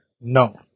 no